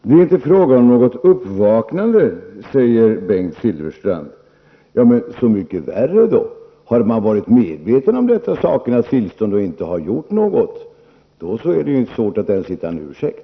Herr talman! Det är inte fråga om något uppvaknande, säger Bengt Silfverstrand. Så mycket värre då! Har man varit medveten om detta sakernas tillstånd och inte gjort någonting, är det svårt att hitta en ursäkt.